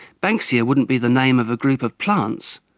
banksia wouldn't be the name of a group of plants,